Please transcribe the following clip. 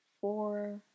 four